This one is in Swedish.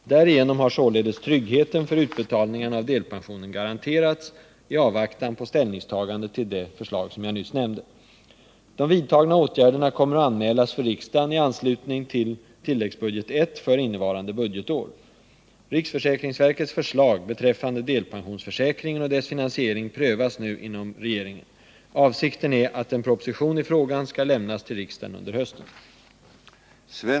Därigenom har således tryggheten för utbetalningarna av delpensionen garanterats i avvaktan på ställningstagande till nyss nämnda förslag. De vidtagna åtgärderna kommer att anmälas för riksdagen i anslutning till tilläggsbudget I för innevarande budgetår. Riksförsäkringsverkets förslag beträffande delpensionsförsäkringen och dess finansiering prövas nu inom regeringen. Avsikten är att en proposition i frågan skall lämnas till riksdagen under hösten.